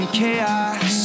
chaos